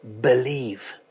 believe